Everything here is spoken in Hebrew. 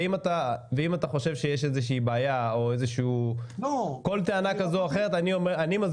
ואם אתה חושב שיש בעיה או כל טענה כזו או אחרת אני מזמין